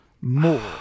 more